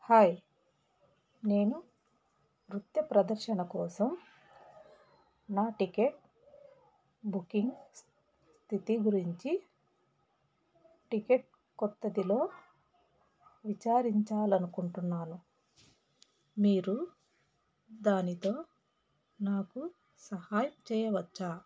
hi నేను నృత్య ప్రదర్శన కోసం నా టికెట్ బుకింగ్ స్థితి గురించి టికెట్ కొత్తదిలో విచారించాలి అనుకుంటున్నాను మీరు దానితో నాకు సహాయం చేయవచ్చా